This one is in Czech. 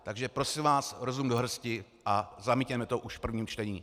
Takže prosím vás, rozum do hrsti a zamítněme to už v prvním čtení.